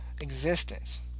existence